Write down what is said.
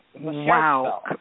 Wow